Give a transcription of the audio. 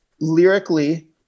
lyrically